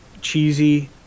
cheesy